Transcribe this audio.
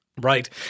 Right